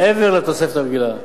מעבר לתוספת הרגילה.